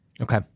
Okay